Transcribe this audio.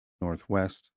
northwest